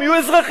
הם יהיו אזרחים.